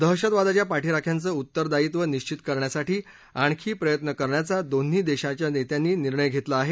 दहशतवादाच्या पाठीराख्यांचं उत्तरदायित्व निश्वित करण्यासाठी आणखी प्रयत्न करण्याचा दोन्ही देशांच्या नेत्यांनी निर्णय घेतला आहे